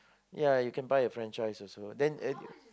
ya you can buy a franchise also then